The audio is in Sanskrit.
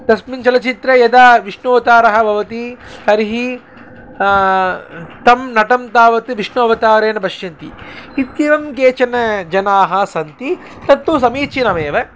तस्मिन् चलचित्रे यदा विष्णु अवतारः भवति तर्हि तं नटं तावत् विष्णु अवतारेण पश्यन्ति इत्येवं केचन जनाः सन्ति तत्तु समीचीनमेव